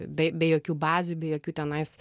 be jokių bazių be jokių tenais